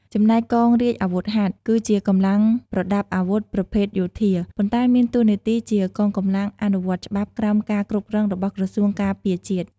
ចំណែកកងរាជអាវុធហត្ថ គឺជាកម្លាំងប្រដាប់អាវុធប្រភេទយោធា ប៉ុន្តែមានតួនាទីជាកងកម្លាំងអនុវត្តច្បាប់ក្រោមការគ្រប់គ្រងរបស់ក្រសួងការពារជាតិ។